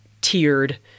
tiered